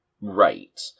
right